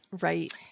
right